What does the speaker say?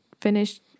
finished